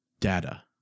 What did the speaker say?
data